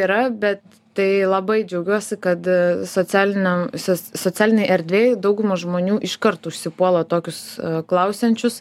yra bet tai labai džiaugiuosi kad socialiniam soc socialinėj erdvėj dauguma žmonių iškart užsipuola tokius klausiančius